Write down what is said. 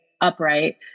upright